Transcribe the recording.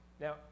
now